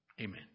Amen